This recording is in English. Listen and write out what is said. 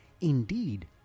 indeed